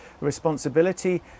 responsibility